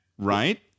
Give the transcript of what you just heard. Right